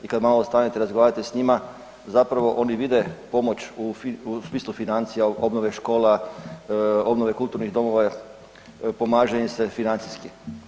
I kad malo stanete razgovarati sa njima zapravo oni vide pomoć u smislu financija, obnove škola, obnove kulturnih domova, pomaže im se financijski.